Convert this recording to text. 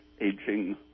aging